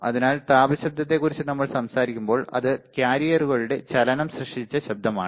അതിനാൽ താപ ശബ്ദത്തെക്കുറിച്ച് നമ്മൾ സംസാരിക്കുമ്പോൾ അത് കാരിയറുകളുടെ ചലനം സൃഷ്ടിച്ച ശബ്ദമാണ്